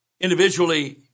Individually